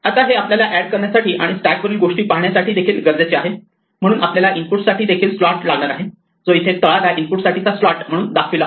आता हे आपल्याला एड करण्यासाठी आणि स्टॅक वरील गोष्टी पाहण्यासाठी देखील गरजेचे आहे म्हणून आपल्याला इनपुट साठी देखील स्लॉट लागणार आहे जो इथे तळाला इनपुट साठीचा स्लॉट म्हणून दाखवला आहे